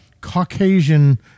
Caucasian